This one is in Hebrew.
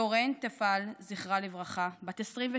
לורן תפאל, זכרה לברכה, בת 28 במותה,